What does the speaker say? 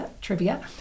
trivia